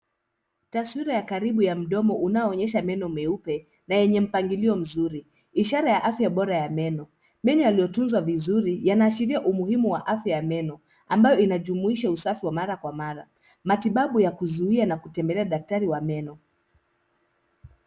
Taswira ya karibu ya mdomo unaoonyesha meno meupe na yenye mpangilio mzuri, ishara ya afya bora ya meno. Meno yaliyotunzwa vizuri yanaashiria umuhimu wa afya ya meno ambayo inajumuisha usafi wa mara kwa mara, matibabu ya kuzuia na kutembelea daktari wa meno.